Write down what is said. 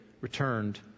returned